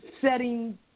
setting